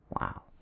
Wow